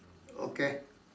okay